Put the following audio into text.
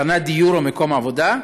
הכנת דיור או מקום עבודה,